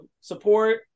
support